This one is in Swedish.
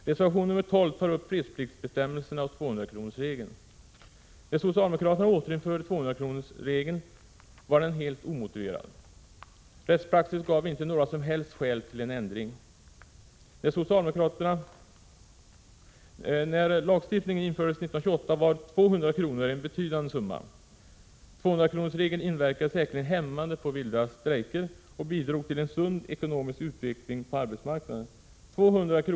Reservation 12 tar upp fredspliktsbestämmelserna och 200-kronorsregeln. När socialdemokraterna återinförde 200-kronorsregeln var den helt omotiverad. Rättspraxis gav inte några som helst skäl till en ändring. När lagstiftningen infördes 1928 var 200 kr. en betydande summa. 200-kronorsregeln inverkade säkerligen hämmande på vilda strejker och bidrog till en sund ekonomisk utveckling på arbetsmarknaden. 200 kr.